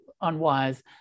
unwise